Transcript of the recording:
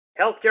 Healthcare